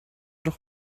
noch